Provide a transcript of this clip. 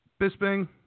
Bisping